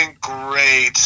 great